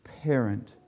parent